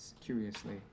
curiously